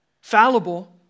fallible